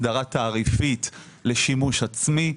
הסדרה תעריפית לשימוש עצמי.